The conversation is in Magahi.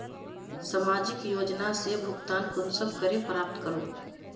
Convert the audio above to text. सामाजिक योजना से भुगतान कुंसम करे प्राप्त करूम?